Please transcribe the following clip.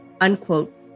unquote